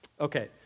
Okay